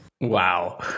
Wow